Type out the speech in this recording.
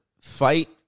Fight